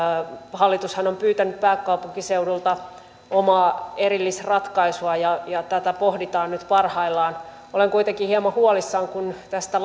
hallitushan on pyytänyt pääkaupunkiseudulta omaa erillisratkaisua ja ja tätä pohditaan nyt parhaillaan olen kuitenkin hieman huolissani kun tästä